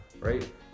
Right